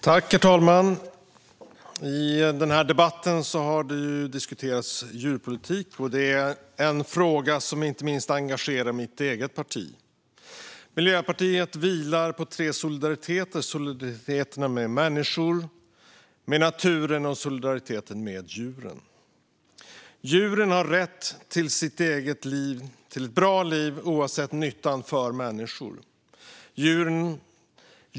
Herr talman! I denna debatt har djurskyddspolitik diskuterats. Det är en fråga som inte minst engagerar mitt eget parti. Miljöpartiet vilar på tre solidariteter - solidaritet med människorna, solidaritet med naturen och solidariteten med djuren. Djuren har rätt till sitt eget liv, till ett bra liv, oavsett nyttan för människor.